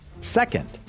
Second